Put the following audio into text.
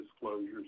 disclosures